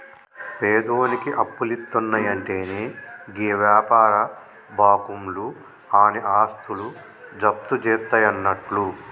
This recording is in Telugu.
పేదోనికి అప్పులిత్తున్నయంటెనే గీ వ్యాపార బాకుంలు ఆని ఆస్తులు జప్తుజేస్తయన్నట్లు